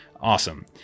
Awesome